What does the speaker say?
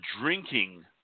drinking